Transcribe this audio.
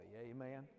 amen